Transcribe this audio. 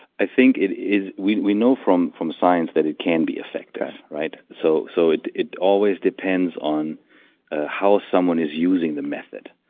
i think it is. we we know from from science that it can be effective okay so so it it always depends on how someone is using the method.